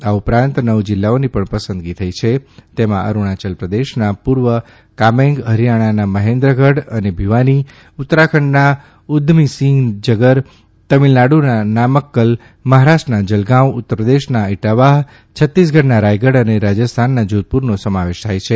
આ ઉપરાંત નવ જિલ્લાઓની પણ પસંદગી થઇ છે તેમાં અરુણાયલ પ્રદેશના પૂર્વ કામેન્ગ હરિયાણાના મહેન્દ્રગઢ અને ભિવાની ઉત્તરાખંડના ઉધમીસિંહ જગર તમિળનાડુના નામક્કલ મહારાષ્ટ્રના જલગાંવ ઉત્તરપ્રદેશના ઇટાવાહ છત્તીસગઢના રાયગઢ અને રાજસ્થાનના જાધપુરનો સમાવેશ થાય છે